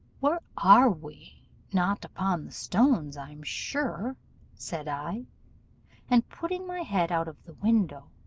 where are we? not upon the stones, i'm sure said i and putting my head out of the window,